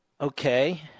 okay